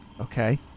Okay